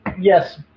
yes